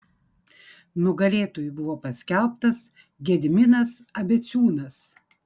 nugalėtoju buvo paskelbtas gediminas abeciūnas